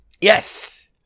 Yes